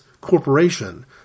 corporation